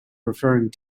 referring